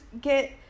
get